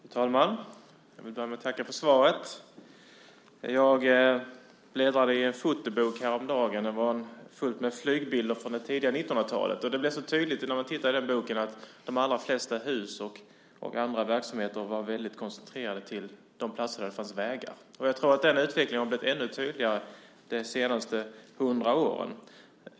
Fru talman! Jag vill börja med att tacka för svaret. Jag bläddrade i en fotobok häromdagen, och där var fullt med flygbilder från det tidiga 1900-talet. Det blev så tydligt när jag tittade i den boken att de allra flesta hus och andra verksamheter var väldigt koncentrerade till de platser där det fanns vägar. Jag tror att den utvecklingen har blivit ännu tydligare de senaste 100 åren.